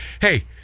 Hey